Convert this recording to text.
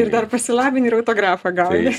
ir dar pasilabini ir autografą gauni